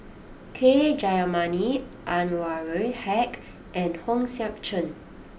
K Jayamani Anwarul Haque and Hong Sek Chern